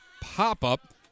pop-up